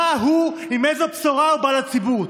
עם איזו בשורה הוא בא לציבור,